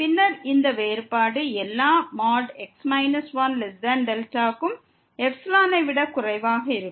பின்னர் இந்த வேறுபாடு எல்லா x 1δ க்கும் ε ஐ விட குறைவாக இருக்கும்